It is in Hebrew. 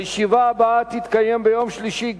הישיבה הבאה תתקיים ביום שלישי,